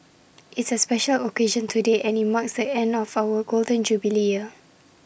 it's A special occasion today and IT marks the end of our Golden Jubilee year